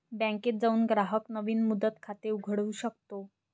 बँकेत जाऊन ग्राहक नवीन मुदत खाते उघडू शकतो